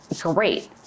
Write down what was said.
great